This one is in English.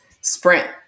sprint